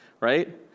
right